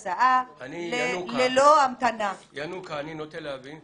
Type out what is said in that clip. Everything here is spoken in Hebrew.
הן יקנו יותר ביטחון לילד, יותר שלווה להורים,